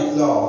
no